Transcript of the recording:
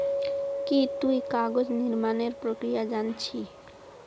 की तुई कागज निर्मानेर प्रक्रिया जान छि